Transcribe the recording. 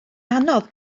anodd